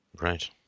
Right